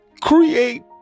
Create